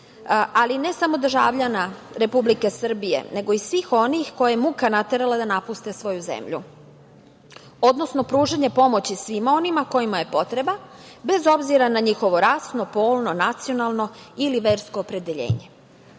ali ne samo državljana Republike Srbije, nego i svih onih koje je mogu naterala da napuste svoju zemlju, odnosno pružanje pomoći svima onima kojima je potrebna, bez obzira na njihovo rasno, polno, nacionalno ili versko opredeljenje. Ne